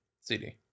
CD